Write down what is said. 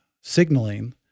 signaling